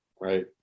right